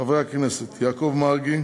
חברי הכנסת יעקב מרגי,